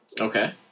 Okay